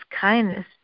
kindness